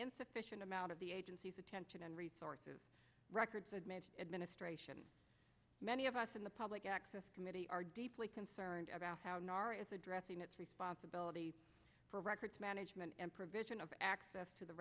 insufficient amount of the agency's attention and resources records administration many of us in the public access committee are deeply concerned about how nor is addressing its responsibility for records management and provision of access to the